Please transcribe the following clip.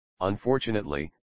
Unfortunately